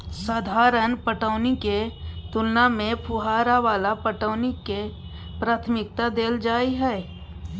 साधारण पटौनी के तुलना में फुहारा वाला पटौनी के प्राथमिकता दैल जाय हय